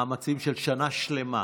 אחרי מאמצים של שנה שלמה,